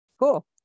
cool